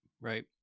Right